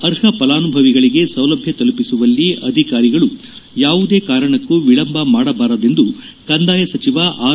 ಅರ್ಹ ಫಲಾನುಭವಿಗಳಿಗೆ ಸೌಲಭ್ಯ ತಲುಪಿಸುವಲ್ಲಿ ಅಧಿಕಾರಿಗಳು ಯಾವುದೇ ಕಾರಣಕೂ ವಿಳಂಬ ಮಾಡಬಾರದೆಂದು ಕಂದಾಯ ಸಚಿವ ಆರ್